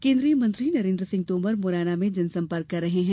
केन्द्रीय मंत्री नरेन्द्र सिंह तोमर मुरैना में जनसंपर्क कर रहे हैं